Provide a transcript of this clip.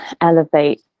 elevate